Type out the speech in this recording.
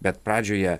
bet pradžioje